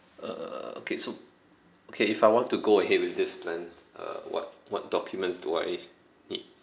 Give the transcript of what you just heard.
uh uh uh uh okay so okay if I want to go ahead with this plan uh what what documents do I need